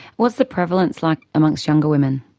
what's the prevalence like amongst younger women?